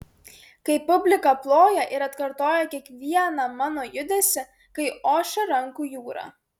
kai publika ploja ir atkartoja kiekvieną mano judesį kai ošia rankų jūra